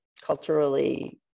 culturally